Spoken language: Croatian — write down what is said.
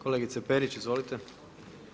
Kolegice Perić, izvolite.